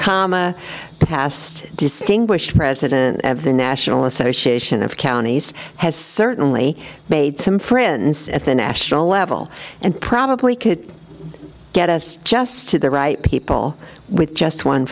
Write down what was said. okama past distinguished president of the national association of counties has certainly made some friends at the national level and probably could get us just to the right people with just one